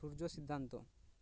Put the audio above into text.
ᱥᱩᱨᱡᱚ ᱥᱤᱫᱷᱟᱱᱛᱚ